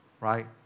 right